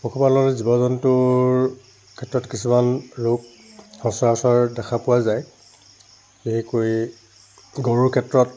পশুপালনৰ জীৱ জন্তুৰ ক্ষেত্ৰত কিছুমান ৰোগ সচৰাচৰ দেখা পোৱা যায় যেনেকৈ গৰুৰ ক্ষেত্ৰত